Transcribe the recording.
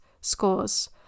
scores